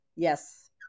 Yes